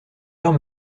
heure